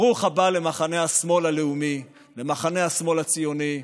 ברוך הבא למחנה השמאל הלאומי, למחנה השמאל הציוני.